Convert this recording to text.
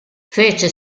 fece